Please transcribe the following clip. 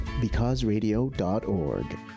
becauseradio.org